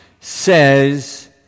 says